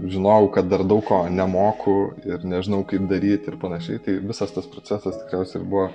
žinojau kad dar daug ko nemoku ir nežinau kaip daryt ir panašiai tai visas tas procesas tikriausiai ir buvo